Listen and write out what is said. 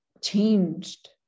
changed